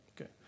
Okay